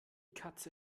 katze